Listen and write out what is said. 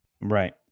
Right